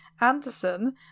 Anderson